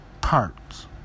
parts